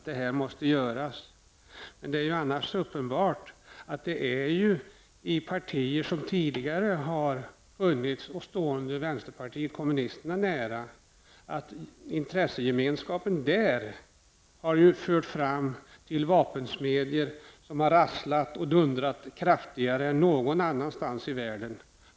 Det är annars uppenbart att intresse gemenskapen i partier som har funnits tidigare och som stått vänsterpartiet kommunisterna nära har fört fram till vapensmedjor som har rasslat och dundrat kraftigare än någon annanstans i världen.